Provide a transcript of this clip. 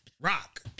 Rock